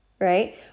right